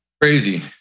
crazy